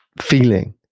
feeling